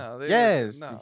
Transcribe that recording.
Yes